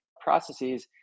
processes